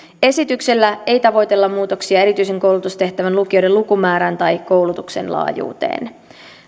esityksellä ei tavoitella muutoksia erityisen koulutustehtävän lukioiden lukumäärään tai koulutuksen laajuuteen